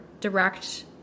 direct